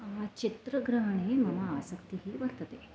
मम चित्रग्रहणे मम आसक्तिः वर्तते